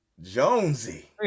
Jonesy